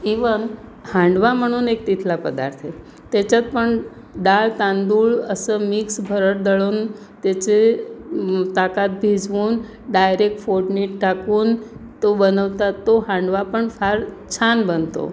even handvo म्हणून एक तिथला पदार्थ त्याच्यात पण डाळ तांदूळ असं मिक्स भरड दळून त्याचे ताकात भिजवून डायरेक्ट फोडणीत टाकून तो बनवतात तो हांडवा पण फार छान बनतो